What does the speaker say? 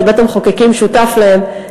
שבית-המחוקקים שותף להם,